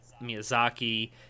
Miyazaki